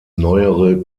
neuere